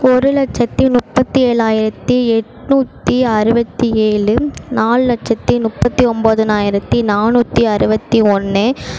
ஒரு லட்சத்து முப்பத்தி ஏழாயிரத்து எட்நூற்றி அறுபத்தி ஏழு நாலு லட்சத்து முப்பத்தி ஒம்போதுனாயிரத்து நானூற்றி அறுபத்தி ஒன்று